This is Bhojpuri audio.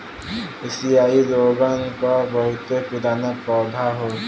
एसिआई लोगन क बहुते पुराना पौधा हौ